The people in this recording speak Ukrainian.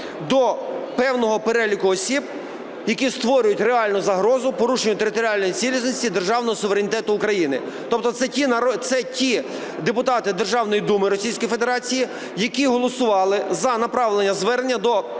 до певного переліку осіб, які створюють реальну загрозу порушенню територіальної цілісності державного суверенітету України. Тобто це ті депутати Державної Думи Російської Федерації, які голосували за направлення звернення до